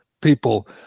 people